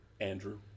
Andrew